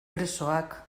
presoak